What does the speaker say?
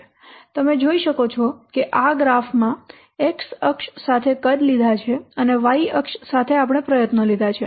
તમે જોઈ શકો છો કે આ ગ્રાફ માં X અક્ષ સાથે કદ લીધા છે અને y અક્ષ સાથે આપણે પ્રયત્નો લીધા છે